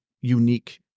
unique